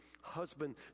husband